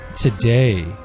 Today